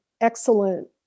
excellent